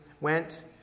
went